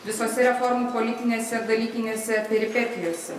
visose reformų politinėse dalykinėse peripetijose